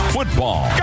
Football